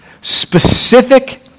specific